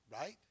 right